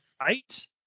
Right